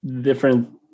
different